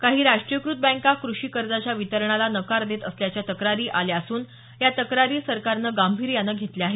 काही राष्ट्रीयीकृत बँका क्रषी कर्जाच्या वितरणाला नकार देत असल्याच्या तक्रारी आल्या असून या तक्रारी सरकारनं गांभिर्यानं घेतल्या आहेत